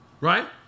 right